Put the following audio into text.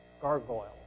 gargoyle